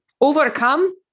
overcome